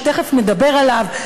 ותכף נדבר עליו,